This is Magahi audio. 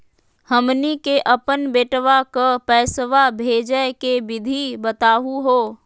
हमनी के अपन बेटवा क पैसवा भेजै के विधि बताहु हो?